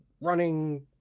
running